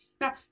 Now